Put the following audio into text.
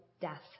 death